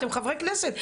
אתם חבר'ה כנסת,